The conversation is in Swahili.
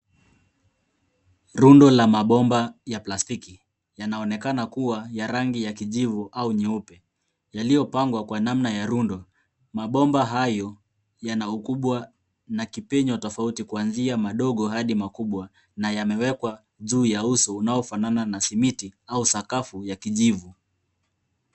Rundo la mabomba ya plastiki, yanaonekana kuwa ya rangi ya kijivu au nyeupe yaliyopangwa kwa namna ya rundo. Mabomba hayo yana ukubwa na kipenyo tofauti kuanzia madogo hadi makubwa na yamewekwa juu ya uso unaofanana na simiti au sakafu ya kijivu.